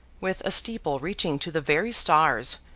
with a steeple reaching to the very stars,